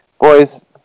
boys